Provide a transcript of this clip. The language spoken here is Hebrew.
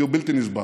כי הוא בלתי נסבל.